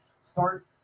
Start